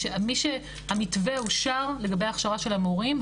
משהמתווה אושר לגבי ההכשרה של המורים,